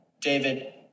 David